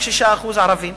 יש רק 6% ערבים.